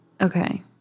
Okay